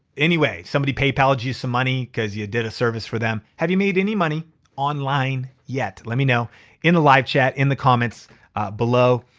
anyway. somebody paypalled you some money cause you did a service for them. have you made any money online yet? let me know in the live chat, in the comments below.